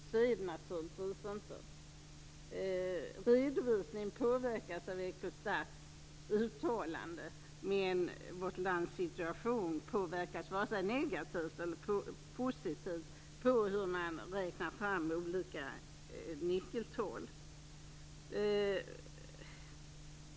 Så är det naturligtvis inte. Redovisningen påverkas av Ecostats uttalande, men vårt lands situation påverkas varken negativt eller positivt av hur man räknar fram olika nyckeltal.